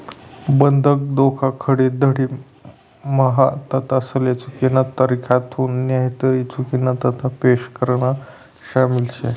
बंधक धोखाधडी म्हा तथ्यासले चुकीना तरीकाथून नईतर चुकीना तथ्य पेश करान शामिल शे